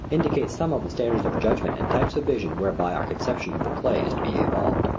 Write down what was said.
indicate some of the standards of judgment and types of vision whereby our conception of the play is to be evolved.